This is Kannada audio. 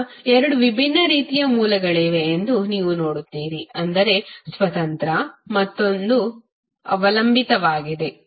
ಈಗ ಎರಡು ವಿಭಿನ್ನ ರೀತಿಯ ಮೂಲಗಳಿವೆ ಎಂದು ನೀವು ನೋಡುತ್ತೀರಿ ಅಂದರೆ ಸ್ವತಂತ್ರ ಮತ್ತು ಇನ್ನೊಂದು ಅವಲಂಬಿತವಾಗಿದೆ